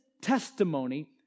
testimony